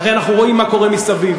הרי אנחנו רואים מה קורה מסביב.